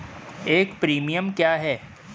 एक प्रीमियम क्या है?